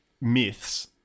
myths